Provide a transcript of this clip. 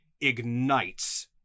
ignites